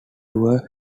tour